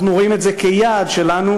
אנחנו רואים את זה כיעד שלנו,